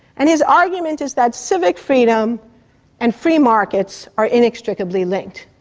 and his argument is that civic freedom and free markets are inextricably linked,